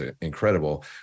incredible